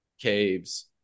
caves